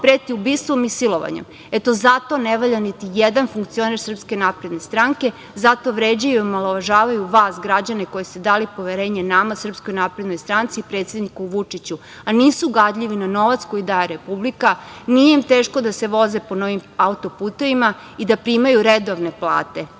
preti ubistvom i silovanjem. Zato ne valja niti jedan funkcioner SNS. Zato vređaju i omalovažavaju vas građane koji ste dali poverenje nama, SNS i predsedniku Vučiću, a nisu gadljivi na novac koji daje Republika. Nije im teško da se voze po novim autoputevima i da primaju redovne plate,